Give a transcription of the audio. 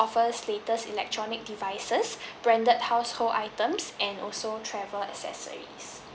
offers latest electronic devices branded household items and also travel accessories